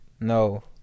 No